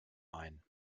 ein